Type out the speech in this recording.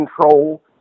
control